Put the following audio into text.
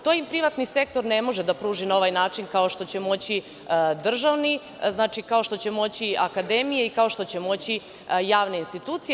To privatni sektor ne može da im pruži na ovaj način, kao što će moći državni, kao što će moći akademije i kao što će moći javne institucije.